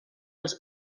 els